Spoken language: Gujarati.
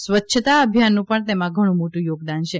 સ્વચ્છતા અભિયાનનું પણ તેમાં ઘણું મોટું યોગદાન છે